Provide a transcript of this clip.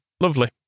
Lovely